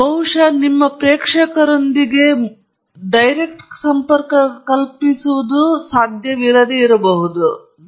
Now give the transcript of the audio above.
ಬಹುಶಃ ನಿಮ್ಮ ಪ್ರೇಕ್ಷಕರೊಂದಿಗೆ ಸಂಪರ್ಕ ಕಲ್ಪಿಸುವುದು ಅತ್ಯಂತ ಮುಖ್ಯವಾದದ್ದು ಏಕೆಂದರೆ ನಾವು ಏನು ಮಾಡುತ್ತಿದ್ದೇವೆ